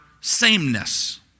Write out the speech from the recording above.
sameness